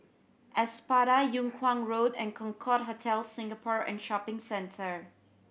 Espada Yung Kuang Road and Concorde Hotel Singapore and Shopping Centre